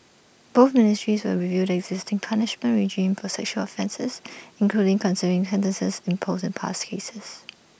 both ministries will review the existing punishment regime for sexual offences including considering sentences imposed in past cases